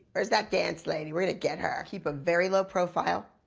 where's that dance lady, we're gonna get her. keep a very low profile,